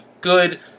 good